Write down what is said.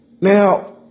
Now